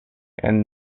and